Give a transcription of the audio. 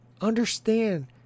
Understand